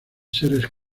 seres